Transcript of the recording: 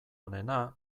onena